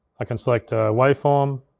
i can select waveform,